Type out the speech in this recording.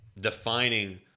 defining